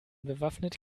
bewaffnet